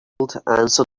answered